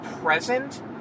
present